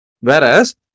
Whereas